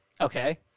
Okay